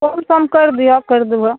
कोन काम करि दिअ करि देबऽ